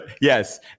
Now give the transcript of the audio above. yes